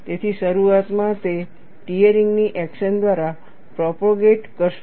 તેથી શરૂઆતમાં તે ટીયરિંગની એક્શન દ્વારા પ્રોપોગેટ કરશે